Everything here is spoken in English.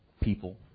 people